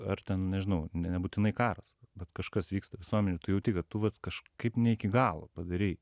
ar ten nežinau ne nebūtinai karas bet kažkas vyksta visuomenėj ir tu jauti kad tu vat kažkaip ne iki galo padarei